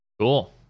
cool